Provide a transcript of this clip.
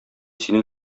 синең